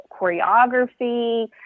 choreography